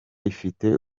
ifite